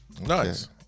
Nice